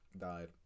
died